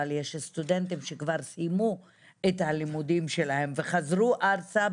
אבל יש סטודנטים שכבר סיימו את הלימודים שלהם וחזרו ארצה,